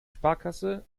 sparkasse